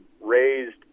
raised